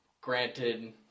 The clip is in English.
Granted